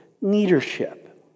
leadership